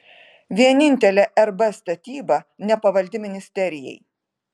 vienintelė rb statyba nepavaldi ministerijai